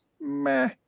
meh